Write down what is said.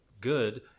good